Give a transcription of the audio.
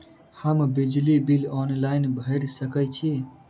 हम बिजली bill online भैर सकै छी?